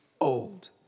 old